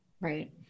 Right